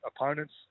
opponents